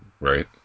right